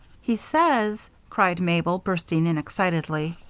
he says, cried mabel, bursting in excitedly,